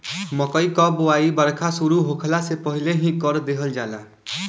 मकई कअ बोआई बरखा शुरू होखला से पहिले ही कर देहल जाला